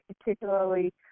particularly